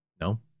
No